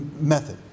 method